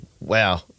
wow